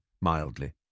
mildly